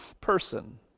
person